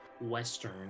western